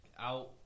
out